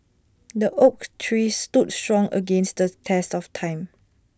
the oak tree stood strong against the test of time